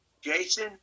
Jason